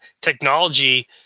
technology